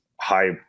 high